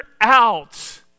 out